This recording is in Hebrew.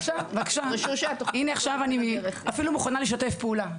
עכשיו אני אפילו מוכנה לשתף פעולה.